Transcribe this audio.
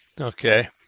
Okay